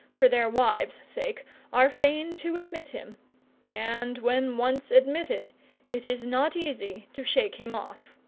for their wives' sake are fain to admit him and when once admitted it is not easy to shake him off.